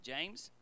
James